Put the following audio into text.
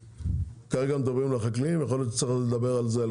גם הם צריכים לוותר על היכולת שלהם לבטל,